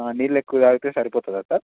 నీళ్ళు ఎక్కువ తాగితే సరిపోతుందా సార్